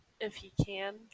if-he-can